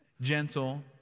gentle